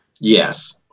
Yes